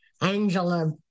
Angela